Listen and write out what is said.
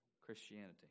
Christianity